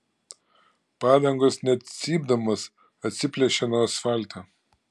padangos net cypdamos atsiplėšė nuo asfalto